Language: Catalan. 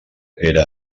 era